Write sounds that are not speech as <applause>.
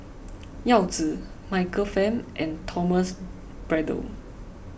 <noise> Yao Zi Michael Fam and Thomas Braddell